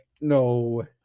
no